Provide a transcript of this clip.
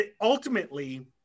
ultimately